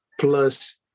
plus